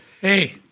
Hey